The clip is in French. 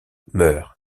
meurt